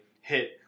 hit